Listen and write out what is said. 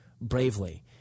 bravely